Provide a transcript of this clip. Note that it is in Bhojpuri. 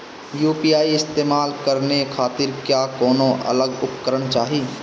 यू.पी.आई इस्तेमाल करने खातिर क्या कौनो अलग उपकरण चाहीं?